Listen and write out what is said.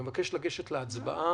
אני מבקש לגשת להצבעה.